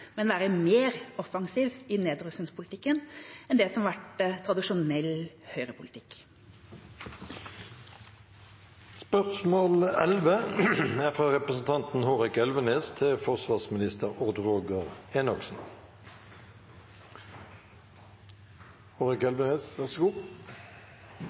men være mer offensiv i nedrustningspolitikken enn det som har vært tradisjonell